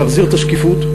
להחזיר את השקיפות,